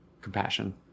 compassion